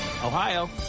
Ohio